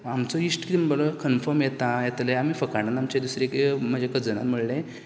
आमचो इश्ट कितें म्हणपाक लागलो कन्फर्म येता येतले आमी फकाण आमचें दुसरे कितें तरी म्हज्या कजनान म्हणलें